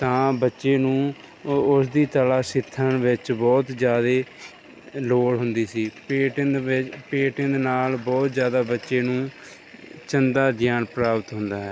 ਤਾਂ ਬੱਚੇ ਨੂੰ ਉਸਦੀ ਕਲਾ ਸਿੱਖਣ ਵਿੱਚ ਬਹੁਤ ਜ਼ਿਆਦਾ ਲੋੜ ਹੁੰਦੀ ਸੀ ਪੇਟਿੰਨ ਵਿੱਚ ਪੇਟਿੰਨ ਨਾਲ ਬਹੁਤ ਜ਼ਿਆਦਾ ਬੱਚੇ ਨੂੰ ਚੰਗਾ ਗਿਆਨ ਪ੍ਰਾਪਤ ਹੁੰਦਾ ਹੈ